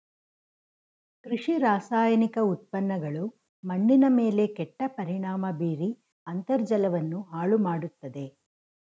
ಕೃಷಿ ರಾಸಾಯನಿಕ ಉತ್ಪನ್ನಗಳು ಮಣ್ಣಿನ ಮೇಲೆ ಕೆಟ್ಟ ಪರಿಣಾಮ ಬೀರಿ ಅಂತರ್ಜಲವನ್ನು ಹಾಳು ಮಾಡತ್ತದೆ